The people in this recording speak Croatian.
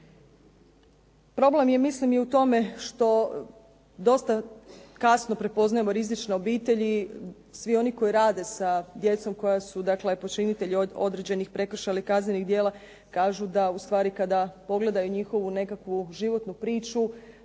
Problem je mislim u tome što dosta kasno prepoznajemo rizične obitelji. Svi oni koji rade sa djecom, dakle koji su počinitelji određenih prekršaja ili kaznenih djela, kažu da ustvari kada pogledaju njihovu nekakvu životnu priču,